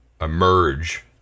emerge